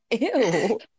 Ew